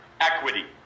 equity